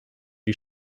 die